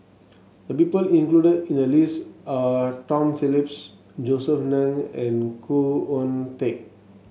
the people included in the list are Tom Phillips Josef Ng and Khoo Oon Teik